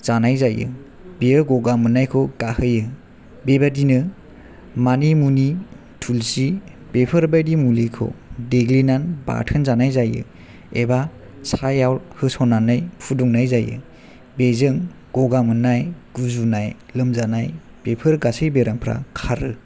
जानाय जायो बियो गगा मोननायखौ गाहोयो बेबायदिनो मानि मुनि थुलसि बेफोरबायदि मुलिखौ देग्लिनानै बाथोन जानाय जायो एबा साहायाव होसननानै फुदुंनाय जायो बेजों गगा मोननाय गुजुनाय लोमजानाय बेफोर गासै बेरामफ्रा खारो